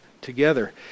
together